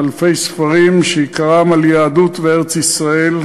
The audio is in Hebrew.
עם אלפי ספרים שרובם על יהדות וארץ-ישראל,